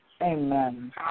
Amen